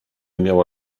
miała